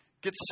Get